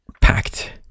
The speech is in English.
packed